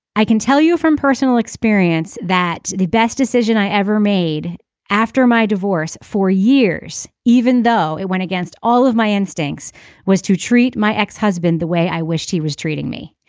i can tell you from personal experience that the best decision i ever made after my divorce for years even though it went against all of my instincts was to treat my ex-husband the way i wished he was treating me.